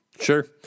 Sure